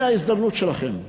הנה ההזדמנות שלכם,